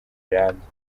rirambye